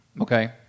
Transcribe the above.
Okay